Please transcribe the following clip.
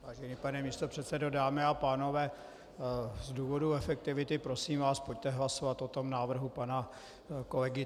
Vážený pane místopředsedo, dámy a pánové, z důvodu efektivity, prosím vás, pojďte hlasovat o tom návrhu pana kolegy